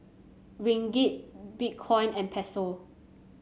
Ringgit Bitcoin and Peso